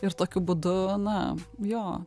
ir tokiu būdu na jo